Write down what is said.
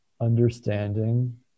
understanding